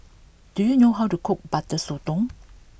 do you know how to cook Butter Sotong